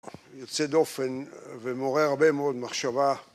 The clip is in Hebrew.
יוצא דופן ומעורר הרבה מאוד מחשבה